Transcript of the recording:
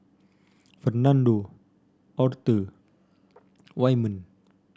Fernando Author Wyman